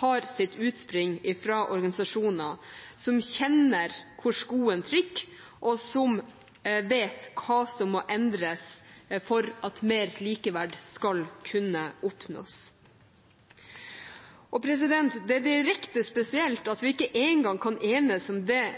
har sitt utspring i organisasjoner som kjenner hvor skoen trykker, og som vet hva som må endres for at mer likeverd skal kunne oppnås. Det er direkte spesielt at vi ikke engang kan enes om det